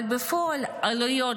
אבל בפועל העלויות